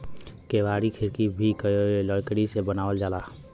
केवाड़ी खिड़की भी लकड़ी से बनावल जाला